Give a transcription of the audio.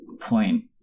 point